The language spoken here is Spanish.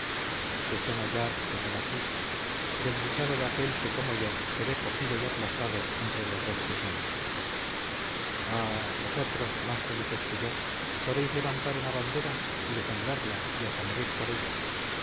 esta guerra tesón allá tesón aquí desdichado de aquel que como yo se ve cogido y aplastado entre los dos tesones ah vosotros más felices que yo podéis levantar una bandera y defenderla y hasta morir por ella